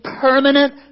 permanent